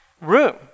room